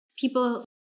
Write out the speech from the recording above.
people